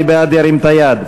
מי בעד, ירים את היד.